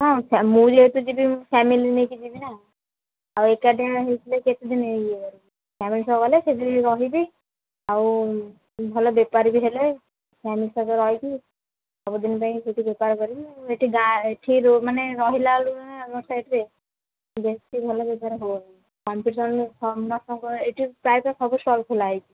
ହଁ ମୁଁ ଯେହେତୁ ଯିବି ମୋ ଫ୍ୟାମିଲି ନେଇକି ଯିବି ନା ଆଉ ଏକୁଟିଆ ହୋଇଥିଲେ କେତେ ଦିନ ଇଏ କରିବି ଫ୍ୟାମିଲି ସହ ଗଲେ ସେଠି ରହିବି ଆଉ ଭଲ ବେପାର ବି ହେଲେ ଫ୍ୟାମିଲି ସହିତ ରହିବି ସବୁଦିନ ପାଇଁ ସେଇଠି ବେପାର କରିବି ଆଉ ଏଠି ଗାଁ ଏଠିର ମାନେ ରହିଲା ବେଳକୁ ଆମ ସାଇଟ୍ରେ ବେଶୀ ଭଲ ବେପାର ହେଉନି କମ୍ପିଟିସନ ସମସ୍ତଙ୍କ ଏଠି ପ୍ରାୟତଃ ସବୁ ଷ୍ଟଲ୍ ଖୋଲା ହୋଇଛି